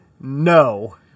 no